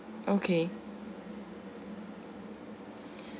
okay